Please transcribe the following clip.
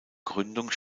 gründung